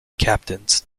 captains